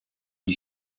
gli